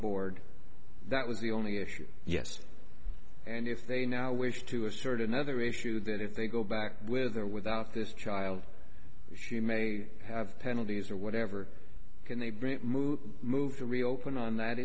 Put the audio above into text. board that was the only issue yes and if they now wish to assert another issue that if they go back with or without this child she may have penalties or whatever can they move to reopen on that